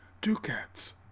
ducats